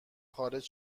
خارج